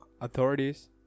authorities